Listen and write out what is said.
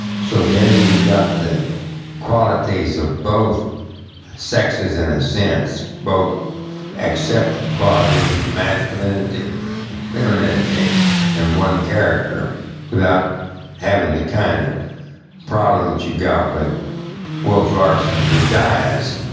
so, there you've got the qualities of both sexes, in a sense, both accepted qualities of masculinity and femineity in one character without having the kind of problem that you've got with wolf larson who dies,